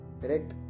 correct